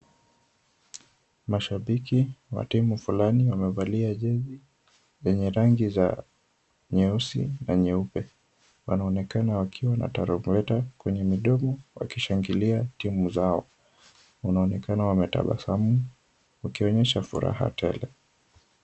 Mashabiki wa timu fulani wamevalia jezi lenye rangi za nyeusi na nyeupe. Wanaonekana wakiwa na tarumbeta kwenye midomo, wakishangilia timu zao. Wanaonekana wametabasamu, wakionyesha furaha tele.